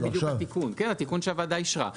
זה בדיוק התיקון שהוועדה אישרה.